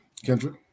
Kendra